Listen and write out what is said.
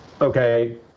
okay